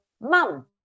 Mom